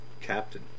captain